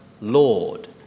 Lord